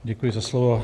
Děkuji za slovo.